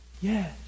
Yes